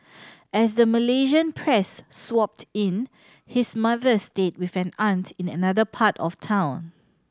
as the Malaysian press swooped in his mother stayed with an aunt in another part of town